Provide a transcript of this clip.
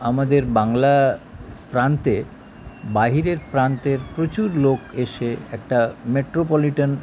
আমাদের বাংলা প্রান্তে বাহিরের প্রান্তের প্রচুর লোক এসে একটা মেট্রোপলিটন